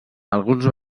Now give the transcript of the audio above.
alguns